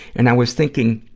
and i was thinking,